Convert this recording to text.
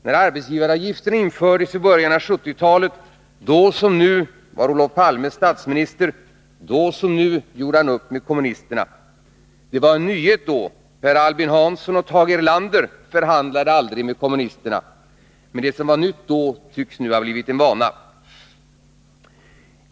När arbetsgivaravgiften infördes i början av 1970-talet var Olof Palme — då som nu — statsminister. Då som nu gjorde han upp med kommunisterna. Det var en nödvändighet då. Per Albin Hansson och Tage Erlander förhandlade aldrig med kommunisterna. Men det som då var nytt tycks nu ha blivit en vana.